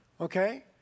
okay